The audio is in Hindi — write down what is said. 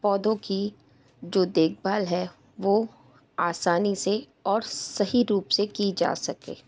पौधों की जो देखभाल है वो आसानी से और सही रूप से की जा सके